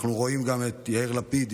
אנחנו רואים גם את יאיר לפיד,